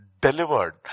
delivered